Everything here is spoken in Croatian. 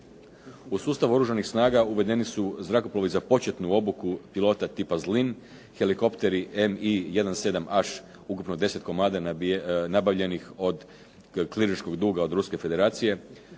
U sustavu Oružanih snaga uvedeni su zrakoplovi za početnu obuku pilota tipa zlin, heliKopteri MI17AŠ ukupno 10 komada nabavljenih od kliničkog duga od Ruske federacije,